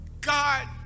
God